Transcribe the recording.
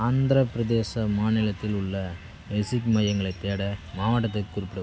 ஆந்திரப் பிரதேச மாநிலத்தில் உள்ள இசிக் மையங்களைத் தேட மாவட்டத்தைக் குறிப்பிடவும்